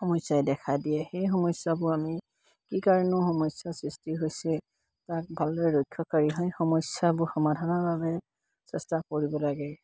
সমস্যাই দেখা দিয়ে সেই সমস্যাবোৰ আমি কি কাৰণে সমস্যাৰ সৃষ্টি হৈছে তাক ভালদৰে হয় সমস্যাবোৰ সমাধানৰ বাবে চেষ্টা কৰিব লাগে